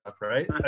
right